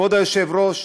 כבוד היושב-ראש,